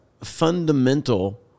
fundamental